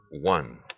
one